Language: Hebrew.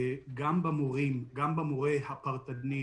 ב-10,000 שקל,